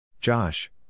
Josh